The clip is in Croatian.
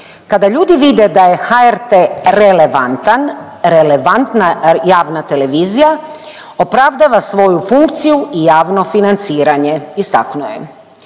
Kada ljudi vide da je HRT relevantan, relevantna javna televizija opravdava svoju funkciju i javno financiranje, istaknuo je.